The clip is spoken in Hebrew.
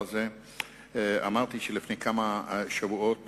אמרתי שלפני כמה שבועות